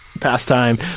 pastime